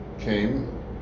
came